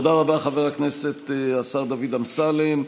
תודה רבה, חבר הכנסת השר דוד אמסלם.